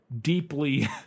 deeply